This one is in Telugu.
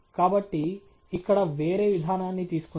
కాబట్టి ఇక్కడ వేరే విధానాన్ని తీసుకుందాం